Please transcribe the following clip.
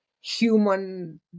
human